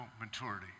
maturity